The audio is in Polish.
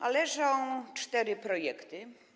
A leżą cztery projekty.